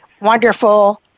wonderful